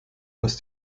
aus